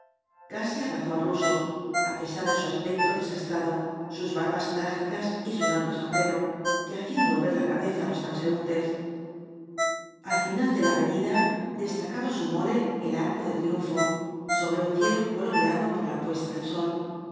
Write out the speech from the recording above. casi abrazó al raso á pesar de su aspecto desastrado sus barbas trágicas y su enorme sombrero que hacían volver la cabeza á los transeúntes al final de la avenida destacaba su mole el arco de triunfo sobre un cielo coloreado por la puesta del sol